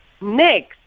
Next